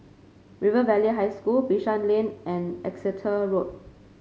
River Valley High School Bishan Lane and Exeter Road